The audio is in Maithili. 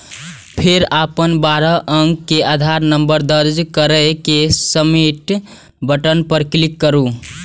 फेर अपन बारह अंक के आधार नंबर दर्ज कैर के सबमिट बटन पर क्लिक करू